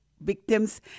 victims